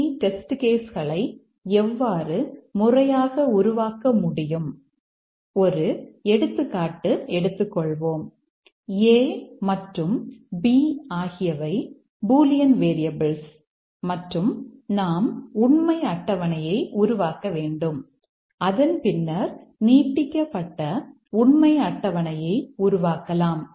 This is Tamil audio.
சி டெஸ்ட் கேஸ் மற்றும் நாம் உண்மை அட்டவணையை உருவாக்க வேண்டும் அதன் பின்னர் நீட்டிக்கப்பட்ட உண்மை அட்டவணையை உருவாக்கலாம்